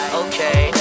okay